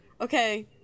okay